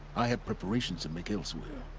i have preparations to make elsewhere.